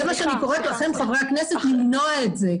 זה מה שאני קוראת לכם חברי הכנסת למנוע את זה.